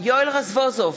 יואל רזבוזוב,